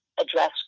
address